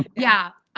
yeah,